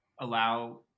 allow